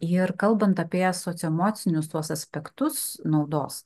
ir kalbant apie socioemocinius tuos aspektus naudos